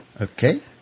Okay